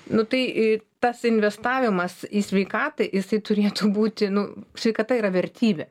nu tai i tas investavimas į sveikatą jisai turėtų būti nu sveikata yra vertybė